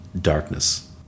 darkness